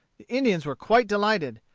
the indians were quite delighted.